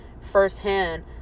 firsthand